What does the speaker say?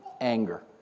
Anger